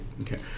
Okay